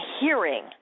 hearing